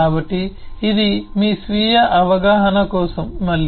కాబట్టి ఇది మీ స్వీయ అవగాహన కోసం మళ్ళీ